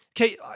okay